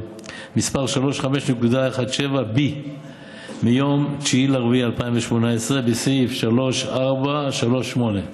מס' B35.17 מיום 9 באפריל 2018, בסעיף 3.4.3.8,